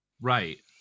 Right